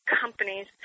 companies